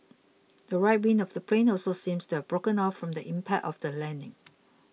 the right wing of the plane also seemed to have broken off from the impact of the landing